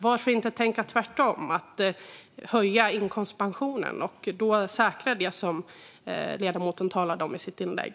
Varför inte tänka tvärtom och höja inkomstpensionen och på det sättet komma till rätta med det som ledamoten talade om i sitt inlägg?